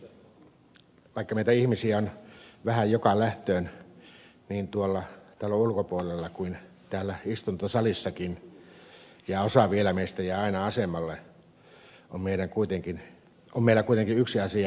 vaikka meitä ihmisiä on vähän joka lähtöön niin tuolla talon ulkopuolella kuin täällä istuntosalissakin ja osa vielä meistä jää aina asemalle on meillä kuitenkin yksi asia yhteistä